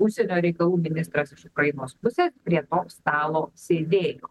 užsienio reikalų ministras iš ukrainos pusės prie to stalo sėdėjo